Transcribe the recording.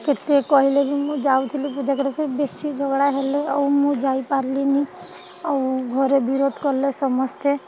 କେତେ କହିଲେ ବି ମୁଁ ଯାଉଥିଲି ପୂଜା କରିବା ପାଇଁ ବେଶୀ ଝଗଡ଼ା ହେଲେ ଆଉ ମୁଁ ଯାଇପାରିଲିନି ଆଉ ଘରେ ବିରୋଧ କଲେ ସମସ୍ତେ